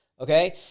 okay